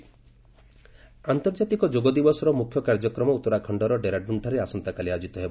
ଉତ୍ତରାଖଣ୍ଡ ଯୋଗ ଆନ୍ତର୍ଜାତିକ ଯୋଗ ଦିବସର ମୁଖ୍ୟ କାର୍ଯ୍ୟକ୍ରମ ଉତ୍ତରାଖଣର ଡେରାଡ୍ରନ୍ଠାରେ ଆସନ୍ତାକାଲି ଆୟୋଜିତ ହେବ